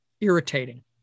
irritating